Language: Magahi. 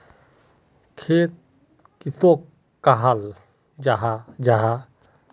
खेत किसोक कहाल जाहा जाहा?